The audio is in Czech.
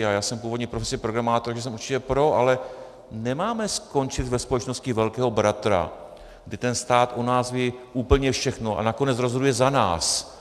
Já jsem původní profesí programátor, takže jsem určitě pro, ale nemáme skončit ve společnosti velkého bratra, kde ten stát o nás ví úplně všechno a nakonec rozhoduje za nás.